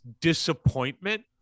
disappointment